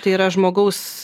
tai yra žmogaus